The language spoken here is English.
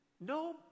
No